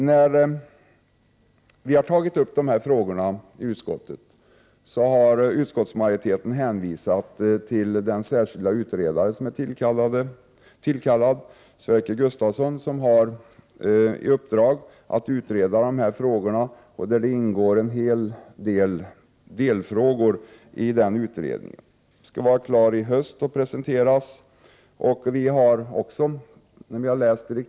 När vi behandlat dessa frågor i utskottet har utskottsmajoriteten hänvisat till den särskilde utredare som tillkallats, Sverker Gustavsson. Denne skall utreda dessa frågor. I utredningen ingår rätt många delfrågor. Utredningen skall vara klar i höst. Resultatet av arbetet skall således presenteras då.